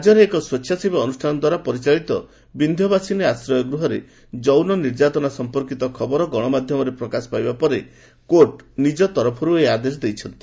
ରାଜ୍ୟରେ ଏକ ସ୍ୱେଚ୍ଛାସେବୀ ଅନୁଷ୍ଠାନଦ୍ୱାରା ପରିଚାଳିତ ବିନ୍ଧ୍ୟବାସିନୀ ଆଶ୍ରୟ ଗୃହରେ ଯୌନ ନିର୍ଯାତନା ସମ୍ପର୍କିତ ଖବର ଗଣମାଧ୍ୟମରେ ପ୍ରକାଶ ପାଇବା ପରେ କୋର୍ଟ ନିଜ ତରଫରୁ ଏହି ଆଦେଶ ଦେଇଛନ୍ତି